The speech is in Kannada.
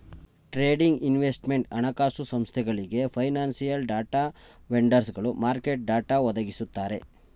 ಟ್ರೇಡಿಂಗ್, ಇನ್ವೆಸ್ಟ್ಮೆಂಟ್, ಹಣಕಾಸು ಸಂಸ್ಥೆಗಳಿಗೆ, ಫೈನಾನ್ಸಿಯಲ್ ಡಾಟಾ ವೆಂಡರ್ಸ್ಗಳು ಮಾರ್ಕೆಟ್ ಡಾಟಾ ಒದಗಿಸುತ್ತಾರೆ